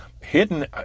hidden